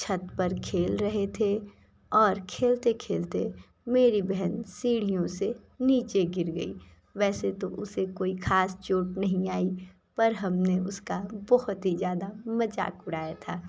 छत पर खेल रहे थे और खेलते खेलते मेरी बहन सीढ़ीओं से नीचे गिर गई वैसे तो उसे कोई खास चोट नहीं आई पर हमने उसका बहुत ही ज़्यादा मज़ाक उड़ाया था